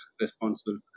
responsible